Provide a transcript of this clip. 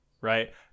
right